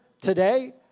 today